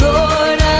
Lord